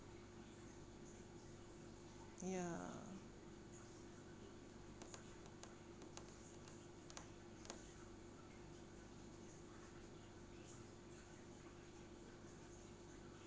ya